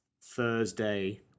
Thursday